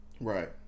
Right